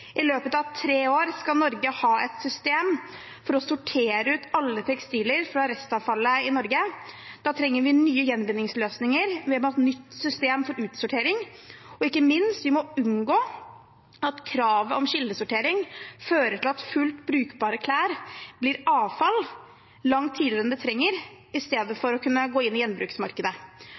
I løpet av tre år skal Norge ha et system for å sortere ut alle tekstiler fra restavfallet i Norge. Da trenger vi nye gjenvinningsløsninger. Vi må ha et nytt system for utsortering, og ikke minst må vi unngå at kravet om kildesortering fører til at fullt brukbare klær blir avfall langt tidligere enn de trenger, i stedet for å kunne gå inn i gjenbruksmarkedet.